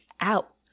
out